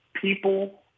People